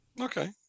Okay